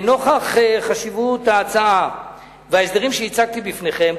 נוכח חשיבות ההצעה וההסדרים שהצגתי בפניכם,